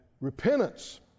Repentance